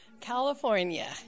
California